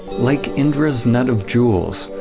like indra's net of jewels,